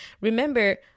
Remember